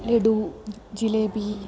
laddu jalebi